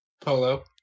Polo